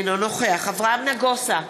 אינו נוכח אברהם נגוסה,